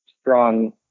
strong